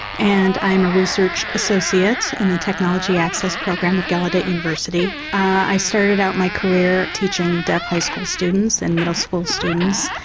and i am a research associate in the technology access program at gallaudet university. i started out my career teaching deaf high school students and middle school students.